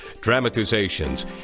dramatizations